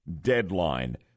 deadline